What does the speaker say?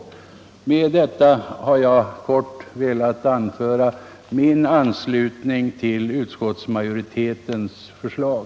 Med detta har jag kort velat anföra min anslutning till utskottsmajoritetens förslag.